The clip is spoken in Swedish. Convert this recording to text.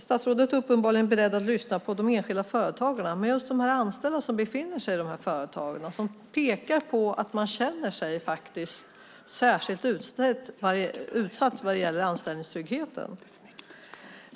Statsrådet är uppenbarligen beredd att lyssna på de enskilda företagarna, men de anställda som befinner sig i de här företagen pekar på att man känner sig särskilt utsatt när det gäller anställningstryggheten.